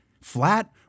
flat